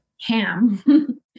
ham